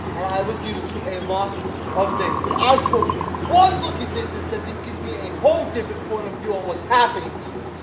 was used to a lot of things, but i took one look at this and said this gives me a whole different point of view of what's happening here.